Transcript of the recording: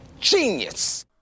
genius